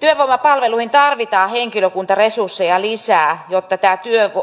työvoimapalveluihin tarvitaan henkilökuntaresursseja lisää jotta tämä